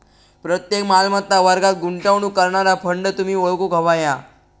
प्रत्येक मालमत्ता वर्गात गुंतवणूक करणारा फंड तुम्ही ओळखूक व्हया